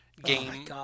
game